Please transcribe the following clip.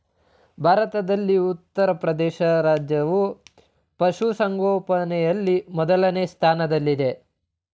ಭಾರತದಲ್ಲಿ ಉತ್ತರಪ್ರದೇಶ ರಾಜ್ಯವು ಪಶುಸಂಗೋಪನೆಯಲ್ಲಿ ಮೊದಲನೇ ಸ್ಥಾನದಲ್ಲಿದೆ